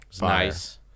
Nice